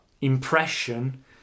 impression